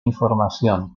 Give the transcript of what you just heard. información